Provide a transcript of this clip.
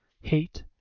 Hate